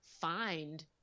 find